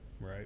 Right